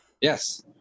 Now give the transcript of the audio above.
Yes